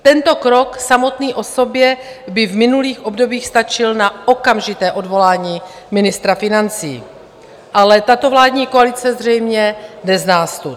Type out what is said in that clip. Tento krok samotný o sobě by v minulých obdobích stačil na okamžité odvolání ministra financí, ale tato vládní koalice zřejmě nezná stud.